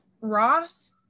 Roth